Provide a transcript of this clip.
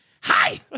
Hi